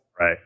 right